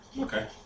okay